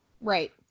right